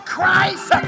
Christ